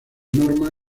norma